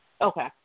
Okay